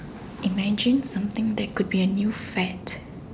okay imagine something that could be a new fad